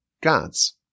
God's